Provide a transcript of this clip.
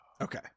okay